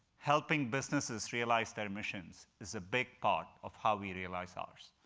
helping businesses realize their missions is a big part of how we realize ours,